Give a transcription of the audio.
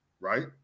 right